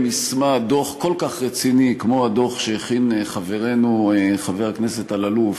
יישמה דוח כל כך רציני כמו הדוח שהכין חברנו חבר הכנסת אלאלוף,